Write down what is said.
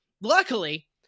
Luckily